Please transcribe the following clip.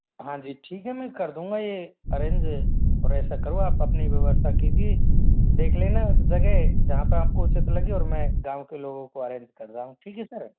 हाँ जी ठीक है मैं कर दूंगा यह अरेंज और ऐसा करो आप अपनी व्यवस्था कीजिए देख लेना जगह जहाँ पर आप को उचित लगे और मैं गाँव के लोगों को अरेंज कर रहा हूँ ठीक है सर